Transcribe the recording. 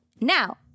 Now